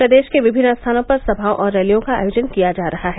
प्रदेश के विभिन्न स्थानों पर समाओं और रैलियों का आयोजन किया जा रहा है